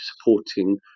supporting